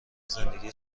زندگی